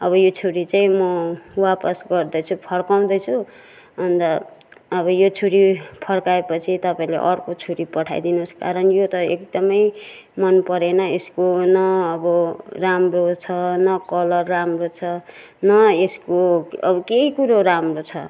अब यो छुरी चाहिँ म वाफस गर्दैछु फर्काउँदैछु अन्त अब यो छुरी फर्काएपछि तपाईँले अर्को छुरी पठाइदिनुहोस् कारण यो त एकदमै मन परेन यसको न अब राम्रो छ न कलर राम्रो छ न यसको अब केही कुरो राम्रो छ